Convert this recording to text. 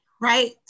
right